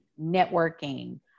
networking